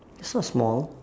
it's not small